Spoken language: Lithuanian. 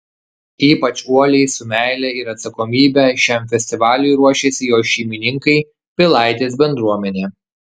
ypač uoliai su meile ir atsakomybe šiam festivaliui ruošiasi jo šeimininkai pilaitės bendruomenė